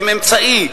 הם אמצעי.